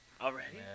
Already